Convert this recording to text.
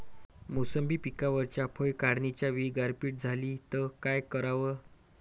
मोसंबी पिकावरच्या फळं काढनीच्या वेळी गारपीट झाली त काय कराव?